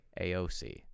AOC